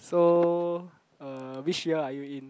so uh which year are you in